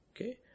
Okay